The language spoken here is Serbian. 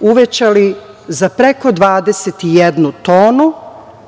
uvećali za preko 21 tonu.